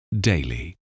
daily